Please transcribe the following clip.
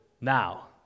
now